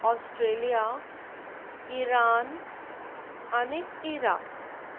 Australia Iran आनीक इराक